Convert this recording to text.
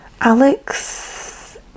alex